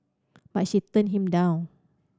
but she turned him down